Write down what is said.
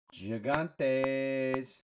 Gigantes